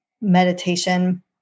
meditation